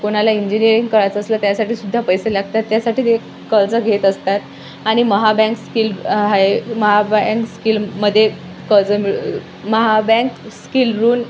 कोणाला इंजिनिअरिंग करायचं असलं त्यासाठी सुद्धा पैसे लागतात त्यासाठी ते कर्ज घेत असतात आणि महाबँक स्किल आहे महाब्यांक स्किलमध्ये कर्ज मिळू महाबँक स्किल रून